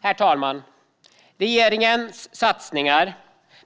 Herr talman! Regeringens satsningar